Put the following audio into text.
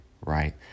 right